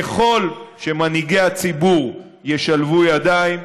ככל שמנהיגי הציבור ישלבו ידיים,